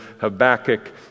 Habakkuk